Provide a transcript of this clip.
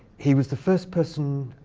he was the first person